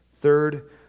third